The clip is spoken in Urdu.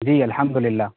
جی الحمد للہ